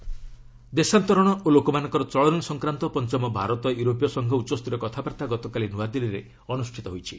India EU dialogue ଦେଶନ୍ତରଣ ଓ ଲୋକମାନଙ୍କର ଚଳନ ସଂକ୍ରାନ୍ତ ପଞ୍ଚମ ଭାରତ ୟୁରୋପୀୟ ସଂଘ ଉଚ୍ଚସ୍ତରୀୟ କଥାବାର୍ତ୍ତା ଗତକାଲି ନୁଆଦିଲ୍ଲୀରେ ଅନୁଷ୍ଠିତ ହୋଇଛି